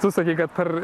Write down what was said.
tu sakei kad per